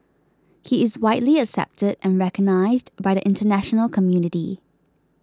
he is widely accepted and recognised by the international community